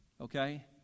okay